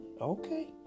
Okay